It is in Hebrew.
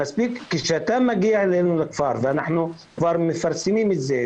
כשאתה מגיע אלינו לכפר ואנחנו מפרסמים את זה,